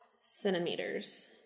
Centimeters